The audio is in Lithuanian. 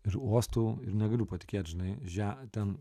ir uostau ir negaliu patikėt žinai že ten